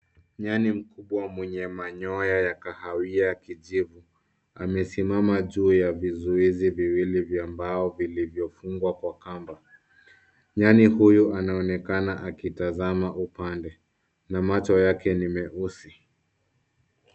Nyani mkubwa mwenye manyoya ya kahawia kijivu, amesimama juu ya vizuizi viwili vya mbao vilivyofungwa kwa kamba. Nyani huyu anaonekana akitazama upande na macho yake ni meusi.